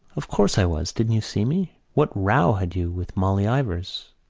of course i was. didn't you see me? what row had you with molly ivors?